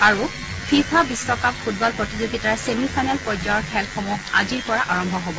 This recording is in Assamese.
আৰু ফিফা বিশ্বকাপ ফুটবল প্ৰতিযোগিতাৰ ছেমি ফাইনেল পৰ্যায়ৰ খেলসমূহ আজিৰ পৰা আৰম্ভ হ'ব